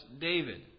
David